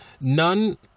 None